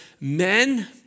men